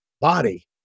body